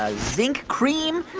ah zinc cream,